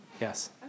Yes